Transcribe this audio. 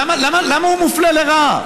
למה הוא מופלה לרעה?